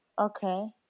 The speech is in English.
Okay